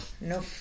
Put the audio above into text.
No